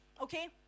Okay